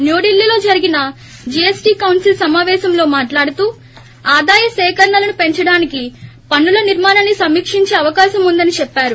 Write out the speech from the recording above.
న్యూఢిల్లీలో జరిగిన GST council సమాపేశంలో మాట్లాడుతూ ఆదాయ సేకరణలను పెంచడానికి పన్నుల నిర్మాణాన్ని సమీక్షించే అవకాశం ఉందని చెప్పారు